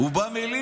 הוא בא מליטא,